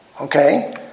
okay